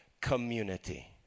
community